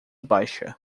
baixa